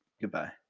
Goodbye